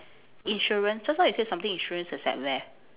insurance just now you say something insurance is at where